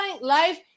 Life